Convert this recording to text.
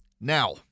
Now